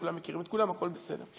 כולם מכירים את כולם והכול בסדר.